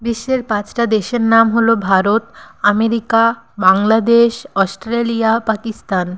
বিশ্বের পাঁচটা দেশের নাম হলো ভারত আমেরিকা বাংলাদেশ অস্ট্রেলিয়া পাকিস্তান